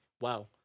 wow